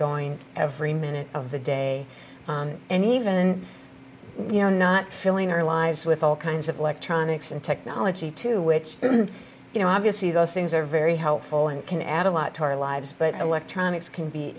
going every minute of the day and even you know not filling our lives with all kinds of electronics and technology to which you know obviously those things are very helpful and can add a lot to our lives but electronics can be